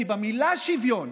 כי במילה "שוויון",